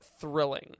thrilling